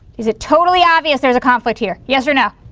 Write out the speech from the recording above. is it totally obvious there's a conflict here? yes or no.